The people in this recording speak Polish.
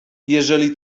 jeżeli